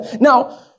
Now